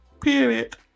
Period